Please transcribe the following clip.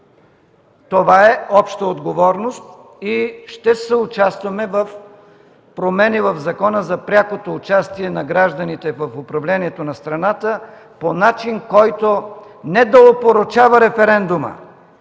Това е обща отговорност и ще съучастваме в промени в Закона за прякото участие на гражданите в управлението на страната по начин, който не да опорочава референдума,